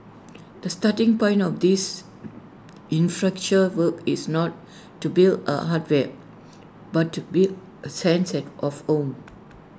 the starting point of these infracture work is not to build A hardware but to build A senses of home